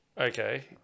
Okay